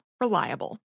reliable